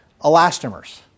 Elastomers